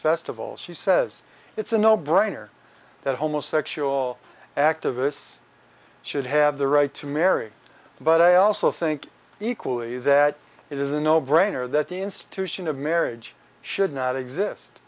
festival she says it's a no brainer that homosexual activists should have the right to marry but i also think equally that it is a no brainer that the institution of marriage should not exist